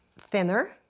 thinner